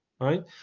Right